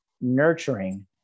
nurturing